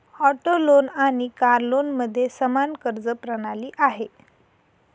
auto loan आणि car लोनमध्ये समान कर्ज प्रणाली आहे